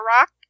rock